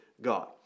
God